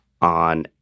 on